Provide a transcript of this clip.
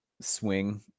swing